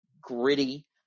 gritty